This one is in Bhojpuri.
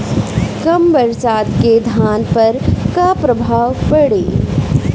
कम बरसात के धान पर का प्रभाव पड़ी?